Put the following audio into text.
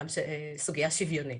גם סוגיה שוויונית.